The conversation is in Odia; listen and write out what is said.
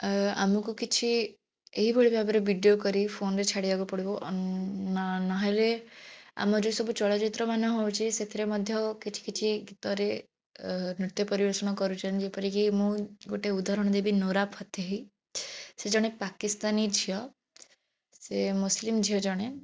ଅ ଆମକୁ କିଛି ଏଇଭଳି ଭାବରେ ଭିଡ଼ିଓ କରି ଫୋନରେ ଛାଡ଼ିବାକୁ ପଡ଼ିବ ନହେଲେ ଆମର ଯେଉଁସବୁ ଚଳଚ୍ଚିତ୍ରମାନ ହେଉଛି ସେଥିରେ ମଧ୍ୟ କିଛିକିଛି ଗୀତରେ ନୃତ୍ୟ ପରିବେଷଣ କରୁଛନ୍ତି ଯେପରିକି ମୁଁ ଗୋଟେ ଉଦାହରଣ ଦେବି ନୋରା ଫତେଇ ସେ ଜଣେ ପାକିସ୍ତାନି ଝିଅ ସେ ମୁସଲିମ୍ ଝିଅ ଜଣେ